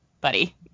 buddy